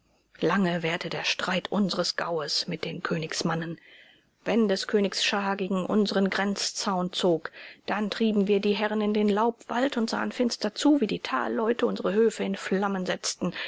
lange währte der streit unseres gaues mit den königsmannen wenn des königs schar gegen unseren grenzzaun zog dann trieben wir die herren in den laubwald und sahen finster zu wie die talleute unsere höfe in flammen setzten